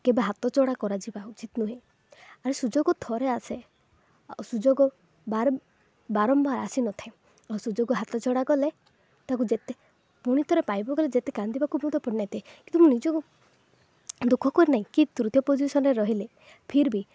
କେବେ ହାତଛଢ଼ା କରାଯିବା ଉଚିତ୍ ନୁହେଁ ଆରେ ସୁଯୋଗ ଥରେ ଆସେ ଆଉ ସୁଯୋଗ ବାର ବାରମ୍ବାର ଆସି ନଥାଏ ଆଉ ସୁଯୋଗ ହାତଛଡ଼ା କଲେ ତାକୁ ଯେତେ ପୁଣିି ଥରେ ପାଇବାକୁ ହେଲେ ଯେତେ କାନ୍ଦିବାକୁ ମଧ୍ୟ କିନ୍ତୁ ମୁଁ ନିଜକୁ ଦୁଃଖ କରିନାହିଁ କି ତୃତୀୟ ପୋଜିସନ୍ରେ ରହିଲେ ଫିର୍ ବି